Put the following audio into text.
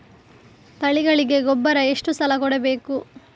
ತಳಿಗಳಿಗೆ ಗೊಬ್ಬರ ಎಷ್ಟು ಸಲ ಕೊಡಬೇಕು?